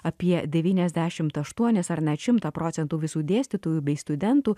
apie devyniasdešimt aštuonis ar net šimtą procentų visų dėstytojų bei studentų